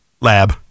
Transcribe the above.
lab